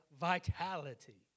vitality